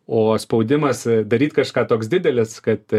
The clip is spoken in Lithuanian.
o spaudimas daryt kažką toks didelis kad